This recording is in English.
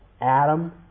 Adam